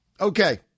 Okay